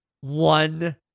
one